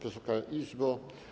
Wysoka Izbo!